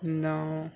नौ